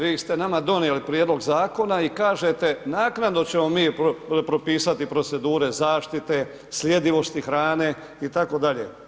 Vi ste nama donijeli prijedlog zakona i kažete, naknadno ćemo mi propisati procedure zaštite, sljedivosti hrane itd.